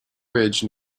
ridge